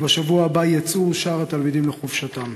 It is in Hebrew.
ובשבוע הבא יצאו שאר התלמידים לחופשתם.